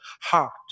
heart